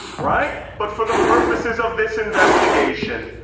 right? but for the purposes of this investigation,